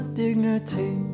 dignity